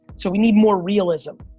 so we need more realism.